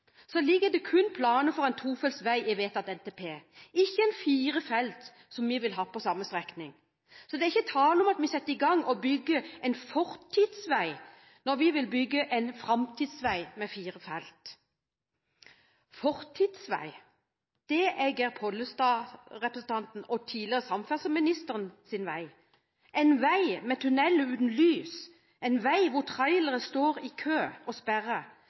ligger det kun planer for en tofelts vei i vedtatt NTP, ikke en firefelts, som vi vil ha på samme strekning. Så det er ikke tale om at vi setter i gang og bygger en fortidsvei, når vi vil bygge en framtidsvei med fire felt. Fortidsvei, det er representanten Geir Pollestads og tidligere samferdselsministers vei – en vei med tunnel uten lys, en vei hvor trailere står i kø og sperrer,